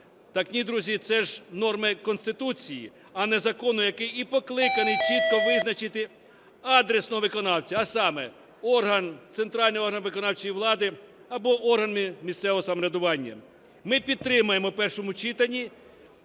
Так ні, друзі, це ж норми Конституції, а не закону, який і покликаний чітко визначити адресного виконавця, а саме орган, центральний орган виконавчої влади або органи місцевого самоврядування. Ми підтримаємо в першому читанні